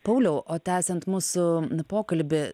pauliau o tęsiant mūsų pokalbį